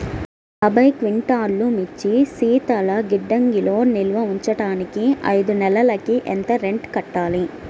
యాభై క్వింటాల్లు మిర్చి శీతల గిడ్డంగిలో నిల్వ ఉంచటానికి ఐదు నెలలకి ఎంత రెంట్ కట్టాలి?